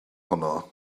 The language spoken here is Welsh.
honno